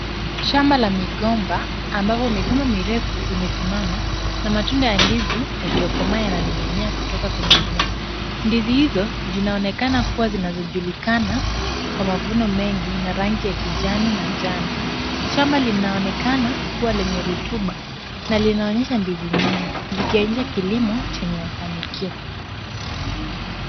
Shamba la migomba ambayo migomba mirefu imesimama na matunda ya ndizi iliyokomaa yananing'inia kutoka kwenye mimea. Ndizi hizo zinaonekana kuwa zinazojulikana kwa mavuno mengi na rangi ya kijani na njano. Shamba linaonekana kuwa lenye rotuba na linaonyesha ndizi nyingi zikionyesha kilimo chenye mafanikio.